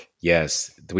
Yes